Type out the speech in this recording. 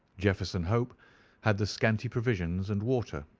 jefferson hope had the scanty provisions and water,